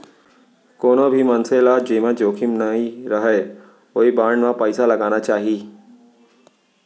कोनो भी मनसे ल जेमा जोखिम नइ रहय ओइ बांड म पइसा लगाना चाही